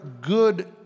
good